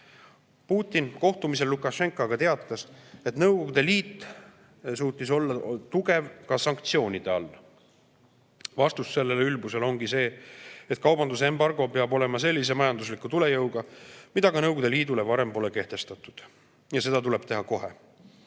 eest. Putin kohtumisel Lukašenkaga teatas, et Nõukogude Liit suutis olla tugev ka sanktsioonide all. Vastus sellele ülbusele ongi see, et kaubandusembargo peab olema sellise majandusliku tulejõuga, mida ka Nõukogude Liidule varem pole kehtestatud. Ja seda tuleb teha kohe.